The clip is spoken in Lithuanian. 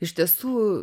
iš tiesų